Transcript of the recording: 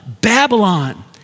Babylon